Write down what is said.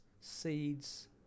seeds